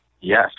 Yes